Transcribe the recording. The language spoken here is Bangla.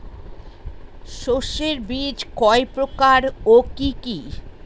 শস্যের বীজ কয় প্রকার ও কি কি?